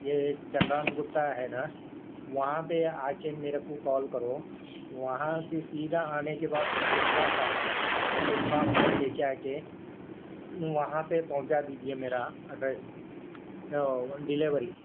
یہ چندران گٹہ ہے نا وہاں پہ آ کے میرے کو کال کرو وہاں سے سیدھا آنے کے بعد پھول باغ آتا ہے پھول باغ میں لے کے آ کے وہاں پہ پہنچا دیجیے میرا ایڈریس ڈلیوری